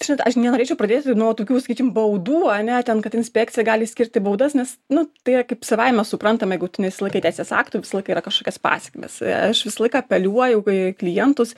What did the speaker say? žinot aš nenorėčiau pradėti nuo tokių sakykim baudų ane ten kad inspekcija gali skirti baudas nes nu tai yra kaip savaime suprantama jeigu tu nesilaikai teisės aktų visą laiką yra kažkokios pasekmės aš visą laiką apeliuoju kai į klientus